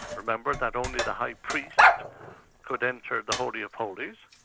remember that only the high priests could enter the holy of holies,